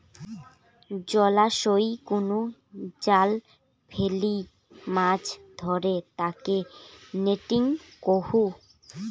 জলাশয়ই কুনো জাল ফেলি মাছ ধরে তাকে নেটিং কহু